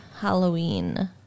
Halloween